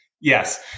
Yes